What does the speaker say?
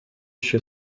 się